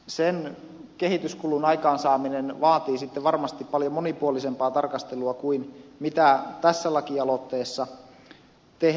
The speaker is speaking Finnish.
sen kehityskulun aikaansaaminen vaatii sitten varmasti paljon monipuolisempaa tarkastelua kuin mitä tässä lakialoitteessa tehdään